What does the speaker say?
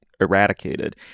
eradicated